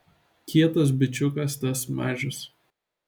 kietas bičiukas tas mažius